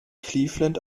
cleveland